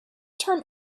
term